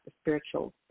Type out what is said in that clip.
spiritual